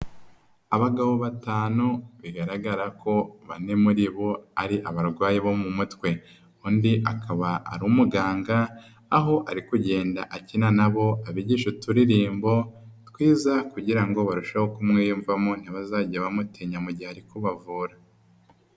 Abagabo batanu bigaragara ko bane muri bo ari abarwayi bo mu mutwe undi akaba ari umuganga aho ari kugenda akina na bo abigisha uturirimbo twiza kugira ngo barusheho kumwiyumvamo ntibazajye bamutinya mu gihe ari kubavura.